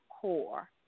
core